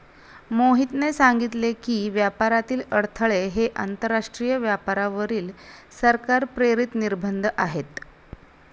मोहितने सांगितले की, व्यापारातील अडथळे हे आंतरराष्ट्रीय व्यापारावरील सरकार प्रेरित निर्बंध आहेत